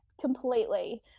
completely